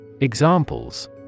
Examples